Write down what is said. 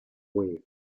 way